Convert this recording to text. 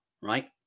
right